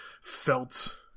felt